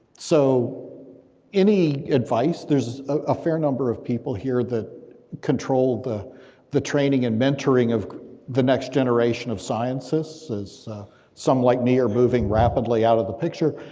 so any advice, there's a fair number of people here that control the the training and mentoring of the next generation of scientists, as some like me are moving rapidly out of the picture.